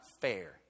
fair